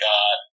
God